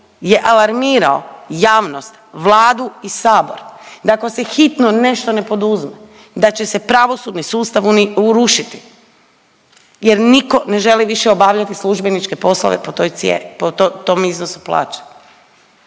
je alarmirao javnost, Vladu i sabor da ako se hitno nešto ne poduzme da će se pravosudni sustav urušiti jer nitko ne želi više obavljati službeničke poslove to toj, po tom iznosu plaća.